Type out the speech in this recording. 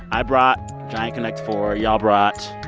i brought giant connect four. y'all brought.